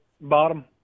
bottom